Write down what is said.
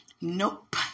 Nope